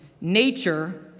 nature